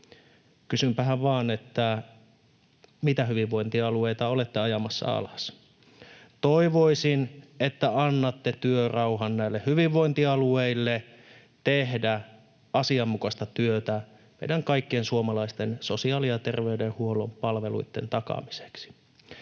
Kysynpähän vain, että mitä hyvinvointialueita olette ajamassa alas. Toivoisin, että annatte työrauhan näille hyvinvointialueille tehdä asianmukaista työtä meidän kaikkien suomalaisten sosiaali- ja terveydenhuollon palveluitten takaamiseksi.